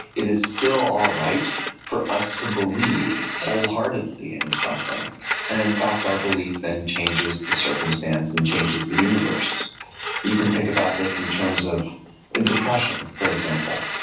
it is still all right for us to believe wholeheartedly in something, and in fact, our belief then changes the circumstance and changes the universe you can think about this in terms of depression, for example.